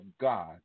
God